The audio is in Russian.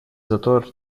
затор